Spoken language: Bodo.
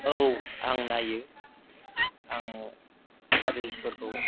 औ आं नायो आं रिलसफोरखौ